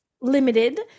limited